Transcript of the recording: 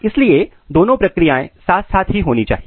इसलिए दोनों प्रक्रियाएं साथ साथ ही होनी चाहिए